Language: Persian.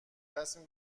رسمی